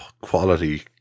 quality